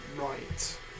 right